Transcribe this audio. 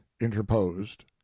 interposed